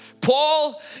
Paul